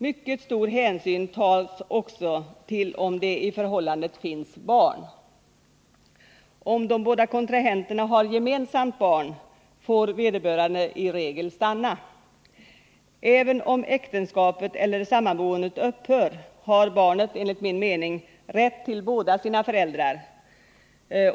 Mycket stor hänsyn tas också till om det i förhållandet finns barn. Om de båda kontrahenterna har gemensamt barn får vederbörande i regel stanna. Även om äktenskapet eller sammanboendet upphör har barnet enligt min uppfattning rätt till båda sina föräldrar.